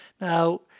Now